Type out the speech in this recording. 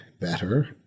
better